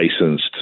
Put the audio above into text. licensed